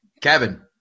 Kevin